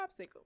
popsicle